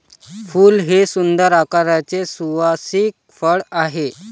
फूल हे सुंदर आकाराचे सुवासिक फळ आहे